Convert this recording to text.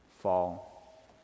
fall